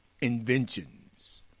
inventions